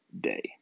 day